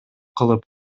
кылып